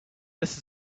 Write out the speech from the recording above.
this